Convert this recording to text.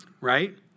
Right